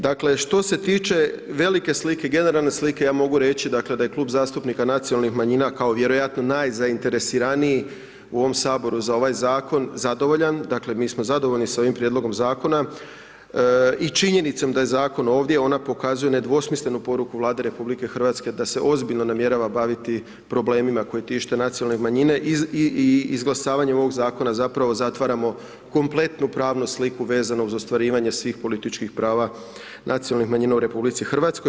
Dakle, što se tiče velike slike, generalne slike, ja mogu reći da je Klub zastupnika Nacionalnih manjina, kao vjerojatno najzainteresiraniji u ovom Saboru za ovaj Zakon zadovoljan, dakle mi smo zadovoljni s ovim Prijedlogom Zakona, i činjenicom da je Zakon ovdje, ona pokazuje nedvosmislenu poruku Vlade Republike Hrvatske da se ozbiljno namjerava baviti problemima koji tište nacionalne manjine, i izglasavanjem ovog Zakona zapravo zatvaramo kompletnu pravnu sliku vezano uz ostvarivanje svih političkih prava nacionalnih manjina u Republici Hrvatskoj.